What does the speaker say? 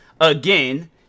again